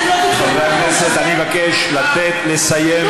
חברי הכנסת, אני מבקש לתת לה לסיים.